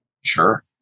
Sure